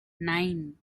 nine